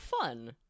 fun